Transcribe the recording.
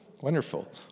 Wonderful